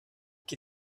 qui